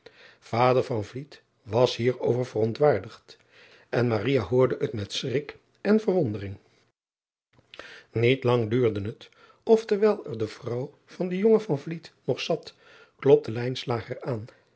ader was hier over verontwaardigd en hoorde het met schrik en verwondering iet lang duurde het of terwijl er de vrouw van den jongen nog zat klopte aan